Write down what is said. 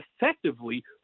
effectively